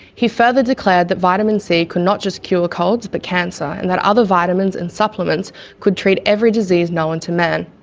he further declared that vitamin c could not just cure colds, but cancer and that other vitamins and supplements could treat every disease known to man.